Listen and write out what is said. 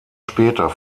später